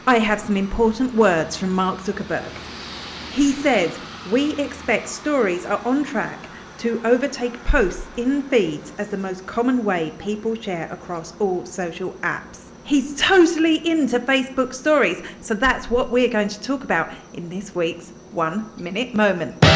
i have some important words from mark zuckerberg he says we expect stories are on track to overtake posts in feeds as the most common way people share across all social apps. he's totally into facebook stories. so that's what we're going to talk about in this week's one minute moment.